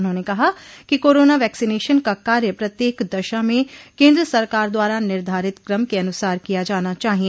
उन्होंने कहा कि कोरोना वैक्सिनेशन का कार्य प्रत्येक दशा में केन्द्र सरकार द्वारा निर्धारित क्रम के अनुसार किया जाना चाहिए